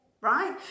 right